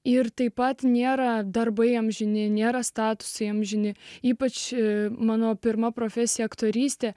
ir taip pat nėra darbai amžini nėra statuso amžini ypač ši mano pirma profesija aktorystė